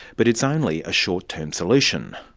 but it's only a short-term solution.